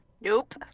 Nope